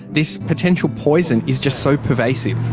this potential poison is just so pervasive.